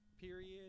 period